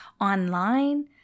online